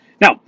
Now